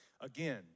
Again